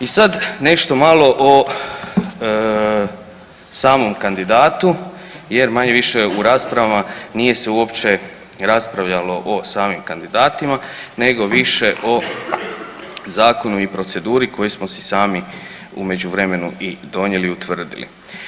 I sad nešto malo o samom kandidatu jer manje-više u raspravama nije se uopće raspravljalo o samim kandidatima nego više o zakonu i proceduri koji smo si sami u međuvremenu i donijeli i utvrdili.